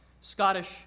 Scottish